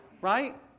right